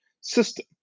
system